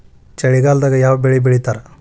ಚಳಿಗಾಲದಾಗ್ ಯಾವ್ ಬೆಳಿ ಬೆಳಿತಾರ?